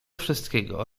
wszystkiego